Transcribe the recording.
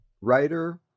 writer